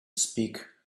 speak